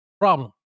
problem